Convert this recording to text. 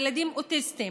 על ילדים אוטיסטים,